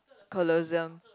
Colosseum